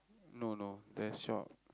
no no there's shop